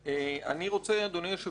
אדוני היושב-ראש,